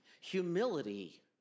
humility